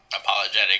apologetic